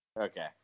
Okay